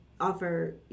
offer